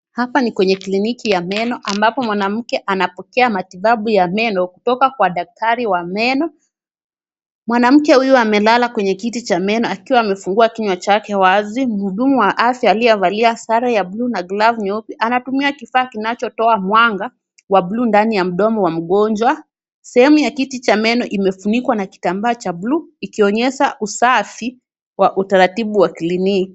Hapa ni kwenye kliniki ya meno ambapo mwanamke anapokea matibabu ya meno kutoka kwa daktari wa meno. Mwanamke huyu amelala kwenye kiti cha meno akiwa amefungua kinywa chake wazi, mhudumu wa afya aliyevalia sare ya buluu na glavu nyeupe anatumia kifaa kinachotoa mwanga wa buluu ndani ya mdomo wa mgonjwa. Sehemu ya kiti cha meno imefunikwa na kitambaa cha buluu, ikionyesha usafi wa utaratibu wa kliniki.